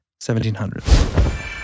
1700s